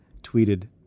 tweeted